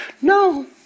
No